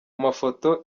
mafoto